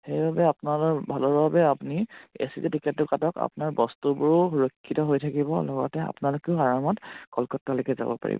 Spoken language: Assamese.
সেইবাবে আপোনালোক ভালৰ বাবে আপুনি এ চি যে টিকেটটো কাটক আপোনাৰ বস্তুবোৰো সুৰক্ষিত হৈ থাকিব লগতে আপোনালোকেও আৰামত কলকাতালৈকে যাব পাৰিব